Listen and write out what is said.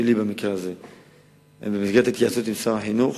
שלי במקרה הזה, במסגרת ההתייעצות עם שר החינוך,